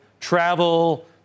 travel